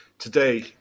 Today